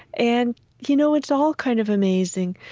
and you know it's all kind of amazing.